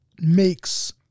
makes